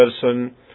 person